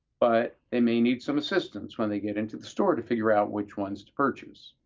but they may need some assistance when they get into the store to figure out which ones to purchase.